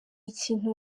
ikintu